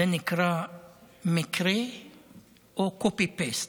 זה נקרא מקרה או copy-paste?